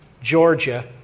Georgia